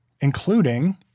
including